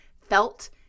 felt